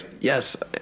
yes